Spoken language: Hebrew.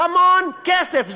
המון כסף.